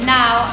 now